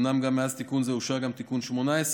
אומנם מאז תיקון זה אושר גם תיקון 18,